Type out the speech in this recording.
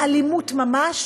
באלימות ממש,